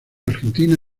argentina